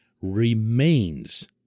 remains